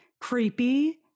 creepy